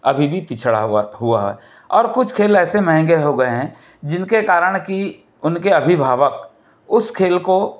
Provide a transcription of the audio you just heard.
अभी भी पिछड़ा हुआ है और कुछ खेल ऐसे महंगे हो गए हैं जिनके कारण कि उनके अभिभावक उस खेल को